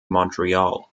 montreal